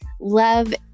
love